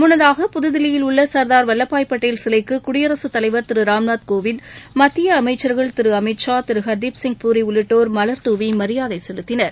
முன்னதாக புதுதில்லியில் உள்ள சர்தார் வல்லபாய் பட்டேல் சிலைக்கு குடியரசுத் தலைவர் திரு ராம்நாத் கோவிந்த் மத்திய அமைச்சர்கள் திரு அமித்ஷா திரு ஹர்தீப்சிங் பூரி உள்ளிட்டோர் மலர் துவி மரியாதை செலுத்தினர்